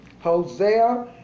Hosea